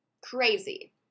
crazy